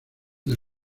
del